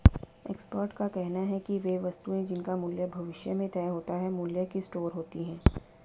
expert का कहना है कि वे वस्तुएं जिनका मूल्य भविष्य में तय होता है मूल्य की स्टोर होती हैं